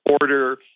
order